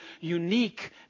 unique